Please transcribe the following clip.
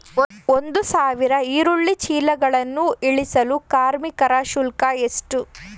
ಒಂದು ಸಾವಿರ ಈರುಳ್ಳಿ ಚೀಲಗಳನ್ನು ಇಳಿಸಲು ಕಾರ್ಮಿಕರ ಶುಲ್ಕ ಎಷ್ಟು?